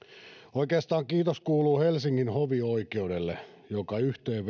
oikeastaan kiitos kuuluu helsingin hovioikeudelle joka